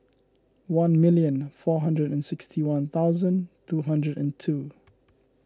one million four hundred and sixty one thousand two hundred and two